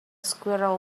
squirrel